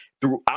Throughout